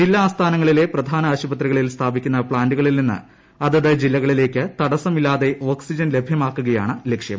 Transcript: ജില്ലാ ആസ്ഥാനങ്ങളിലെ പ്രധാന ആശുപത്രികളിൽ സ്ഥാപിക്കുന്ന പ്ലാന്റുകളിൽ നിന്ന് അതത് ജില്ലകളിലേക്ക് തടസ്സമില്ലാതെ ഓക്സിജൻ ലഭ്യമാക്കുകയാണ് ലക്ഷ്യം